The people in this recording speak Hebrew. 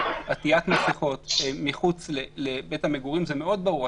עטיית מסכות מחוץ לבית המגורים זה מאוד ברור.